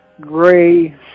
gray